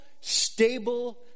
stable